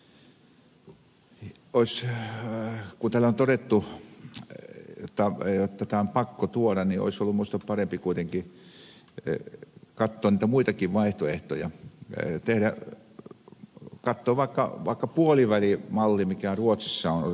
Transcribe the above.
kun täällä on todettu jotta tämä on pakko tuoda niin olisi ollut minusta parempi kuitenkin katsoa niitä muitakin vaihtoehtoja katsoa vaikka puolivälimalli mikä ruotsissa on otettu käyttöön